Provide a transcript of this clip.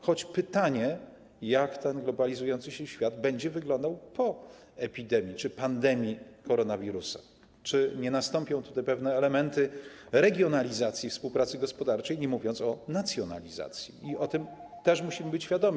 Choć pytanie, jak ten globalizujący się świat będzie wyglądał po epidemii czy pandemii koronawirusa, czy nie nastąpią tutaj pewne elementy regionalizacji współpracy gospodarczej, nie mówiąc o nacjonalizacji, i tego też musimy być świadomi.